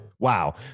Wow